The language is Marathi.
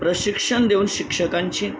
प्रशिक्षण देऊन शिक्षकांची